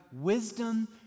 wisdom